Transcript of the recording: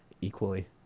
equally